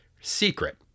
secret